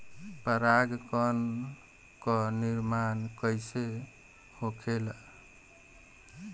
पराग कण क निर्माण कइसे होखेला?